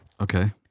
Okay